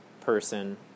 person